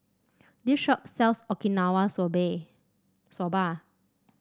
this shop sells Okinawa Soba